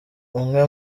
umwe